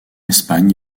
espagne